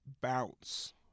bounce